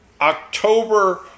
October